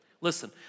Listen